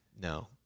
No